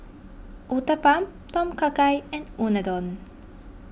Uthapam Tom Kha Gai and Unadon